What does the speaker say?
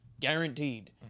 Guaranteed